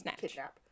kidnap